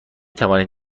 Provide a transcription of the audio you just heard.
توانید